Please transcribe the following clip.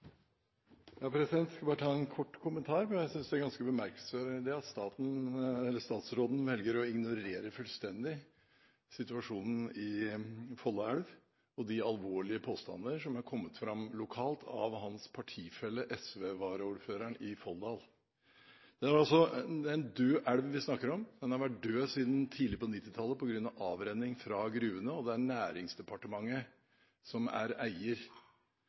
ja, som de burde ha fått. Jeg skal bare ta en kort kommentar. Jeg synes det er bemerkelsesverdig at statsråden fullstendig velger å ignorere situasjonen i Folla elv og de alvorlige påstandene som er kommet fram lokalt fra hans partifelle, SVs varaordfører i Folldal. Vi snakker altså om en død elv. Den har vært død siden tidlig på 1990-tallet på grunn av avrenning fra gruvene. Det er Næringsdepartementet som er eier.